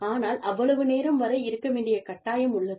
ஆனால் அவ்வளவு நேரம் வரை இருக்க வேண்டிய கட்டாயம் உள்ளது